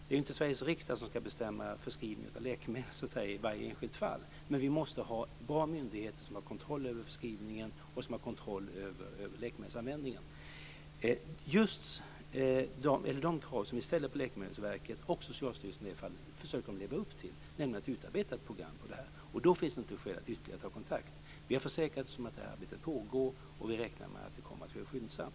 Det är ju inte Sveriges riksdag som ska bestämma om förskrivningen av läkemedel i varje enskilt fall. Men vi måste ha bra myndigheter som har kontroll över förskrivningen och som har kontroll över läkemedelsanvändningen. De krav som vi ställer på Läkemedelsverket och Socialstyrelsen i detta fall försöker de leva upp till, nämligen att utarbeta ett program i fråga om detta. Och då finns det inte skäl att ytterligare ta kontakt. Vi har försäkrat oss om att detta arbete pågår, och vi räknar med att det kommer att ske skyndsamt.